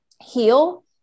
heal